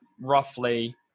roughly